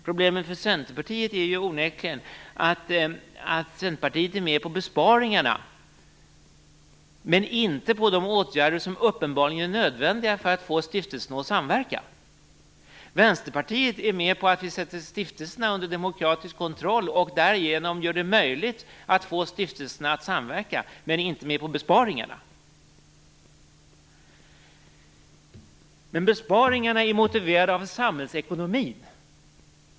Problemet för Centerpartiet är onekligen att partiet är med på besparingarna men inte på de åtgärder som uppenbarligen är nödvändiga för att få stiftelserna att samverka. Vänsterpartiet är med på att vi sätter stiftelserna under demokratisk kontroll och därigenom gör det möjligt att få stiftelserna att samverka. Däremot är de inte med på besparingarna. Men besparingarna är motiverade av samhällsekonomin.